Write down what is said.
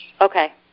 Okay